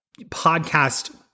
podcast